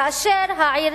כאשר העיר